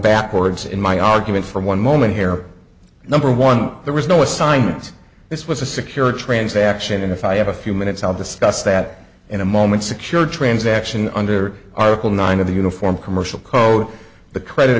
backwards in my argument from one moment here number one there was no assignment this was a secure transaction and if i have a few minutes i'll discuss that in a moment secure transaction under article nine of the uniform commercial code the credit